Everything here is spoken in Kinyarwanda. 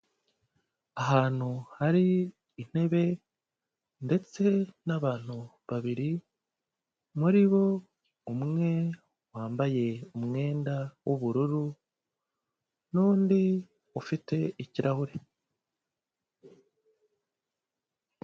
Ahantu hari intebe ndetse n'abantu babiri, muri bo umwe wambaye umwenda w'ubururu, n'undi ufite ikirahure.